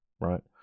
right